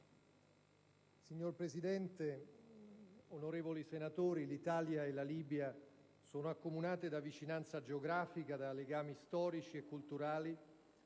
Signor Presidente, onorevoli senatori, l'Italia e la Libia sono accomunate da vicinanza geografica, da legami storici e culturali,